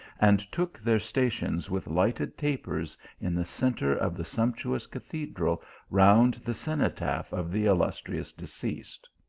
and took their stations with lighted tapers in the centre of the sumptuous cathedral round the cenotaph of the il lustrious deceased.